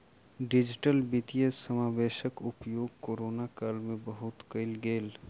digital वित्तीय समावेशक उपयोग कोरोना काल में बहुत कयल गेल